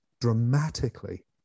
dramatically